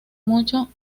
mucho